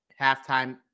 halftime